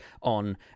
on